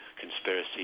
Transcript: conspiracy